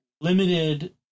limited